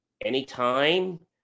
anytime